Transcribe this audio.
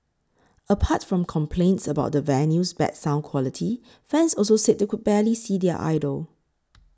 apart from complaints about the venue's bad sound quality fans also said they could barely see their idol